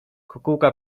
kukułka